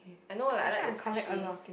I know like I like the squishy